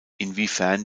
inwiefern